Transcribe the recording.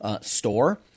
store